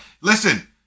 listen